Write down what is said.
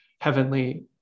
heavenly